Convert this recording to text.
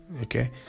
Okay